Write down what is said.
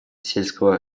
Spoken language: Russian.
сельского